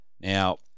Now